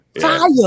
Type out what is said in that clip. fire